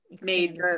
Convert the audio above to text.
made